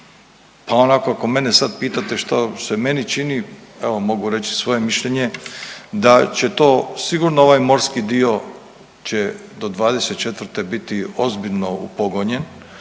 pa onako ako mene sad pitate što se meni čini, evo mogu reći svoje mišljenje da će to sigurno ovaj morski dio će do '24. biti ozbiljno upogonjen,